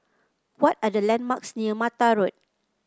what are the landmarks near Mata Road